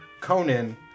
Conan